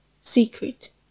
secret